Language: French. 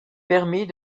permit